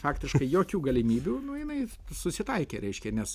faktiškai jokių galimybių nu jinai susitaikė reiškia nes